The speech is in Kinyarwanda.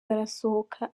barasohoka